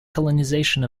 colonization